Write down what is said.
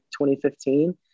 2015